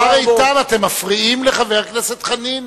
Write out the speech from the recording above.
השר איתן, אתם מפריעים לחבר הכנסת חנין